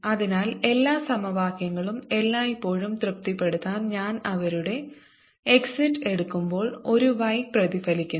അതിനാൽ എല്ലാ സമവാക്യങ്ങളും എല്ലായ്പ്പോഴും തൃപ്തിപ്പെടുത്താൻ ഞാൻ അവരുടെ എക്സിറ്റ് എടുക്കുമ്പോൾ ഒരു y പ്രതിഫലിക്കുന്നു